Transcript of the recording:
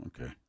okay